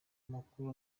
amakuru